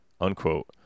Unquote